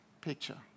picture